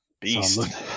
Beast